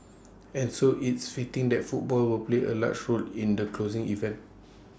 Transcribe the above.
and so it's fitting that football will play A large role in the closing event